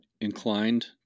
inclined